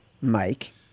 Mike